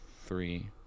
three